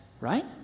right